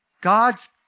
God's